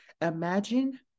Imagine